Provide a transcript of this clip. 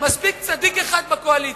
מספיק צדיק אחד בקואליציה.